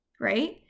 right